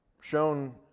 shown